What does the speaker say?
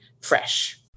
fresh